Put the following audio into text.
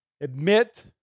Admit